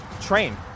train